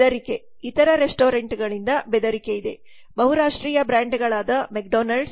ಬೆದರಿಕೆ ಇತರ ರೆಸ್ಟೋರೆಂಟ್ಗಳಿಂದ ಬೆದರಿಕೆ ಇದೆ ಬಹುರಾಷ್ಟ್ರೀಯ ಬ್ರಾಂಡ್ಗಳಾದ ಮೆಕ್ಡೊನಾಲ್ಡ್ಸ್Mc